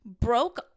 broke